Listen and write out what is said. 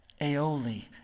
aioli